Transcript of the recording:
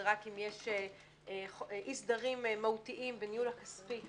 זה רק אם יש אי סדרים מהותיים בניהול הכספי,